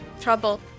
trouble